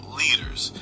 leaders